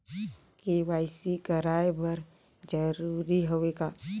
KYC कराय बर जरूरी हवे का?